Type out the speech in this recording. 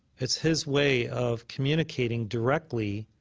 it's his way of communicating directly